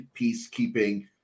peacekeeping